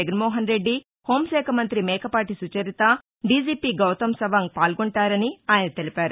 జగన్మోహన్రెడ్డి హోంశాఖా మంతి మేకపాటి సుచరిత డిజిపి గౌతమ్ సవాంగ్ పాల్గొంటారని ఆయన తెలిపారు